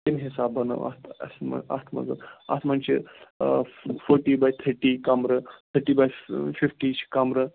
تَمہِ حِساب بَنٲو اَتھ اَسہِ اَتھ منٛز اَتھ منٛز چھِ فوٹی باے تھٲرٹی کَمرٕ تھٲرٹی باے فِفٹی چھِ کَمرٕ